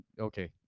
okay